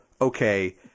okay